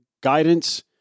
guidance